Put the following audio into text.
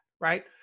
Right